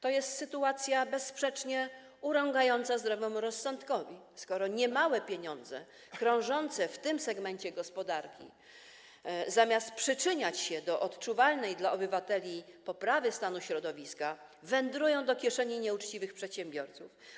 To jest sytuacja bezsprzecznie urągająca zdrowemu rozsądkowi, skoro niemałe pieniądze krążące w tym segmencie gospodarki, zamiast przyczyniać się do odczuwalnej dla obywateli poprawy stanu środowiska, wędrują do kieszeni nieuczciwych przedsiębiorców.